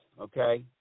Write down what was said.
okay